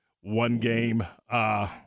one-game